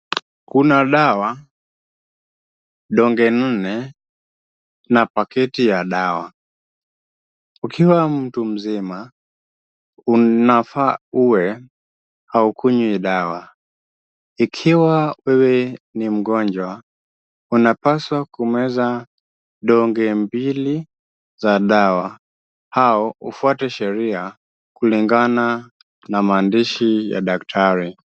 Kuna dawa donge nne, na pakiti ya dawa. Ukiwa mtu mzima inafaa uwe haukunywi dawa. Ikiwa wewe ni mgonjwa unapaswa kumeza donge mbili za dawa au ufuate sheria kulingana na maandishi ya daktari.